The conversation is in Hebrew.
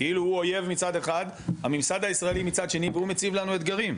כאילו הוא אויב מצד אחד הממסד הישראלי מצד שני והוא מציב לנו אתגרים,